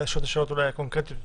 ואז לשאול את השאלות הקונקרטיות יותר.